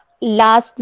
Last